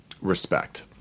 respect